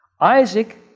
Isaac